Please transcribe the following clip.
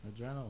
Adrenaline